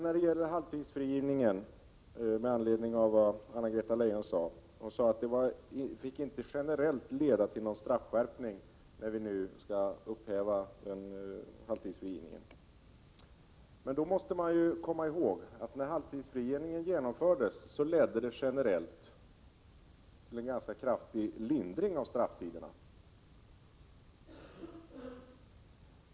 När det gäller halvtidsfrigivning sade Anna-Greta Leijon att när vi nu skall upphäva halvtidsfrigivningen får detta inte generellt leda till en straffskärpning. Men då måste man komma ihåg att när halvtidsfrigivning genomfördes, ledde det generellt till en ganska kraftig lindring av strafftiderna.